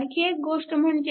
आणखी एक गोष्ट म्हणजे